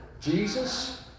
Jesus